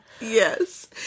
Yes